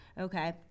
Okay